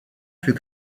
fut